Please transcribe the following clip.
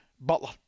Butler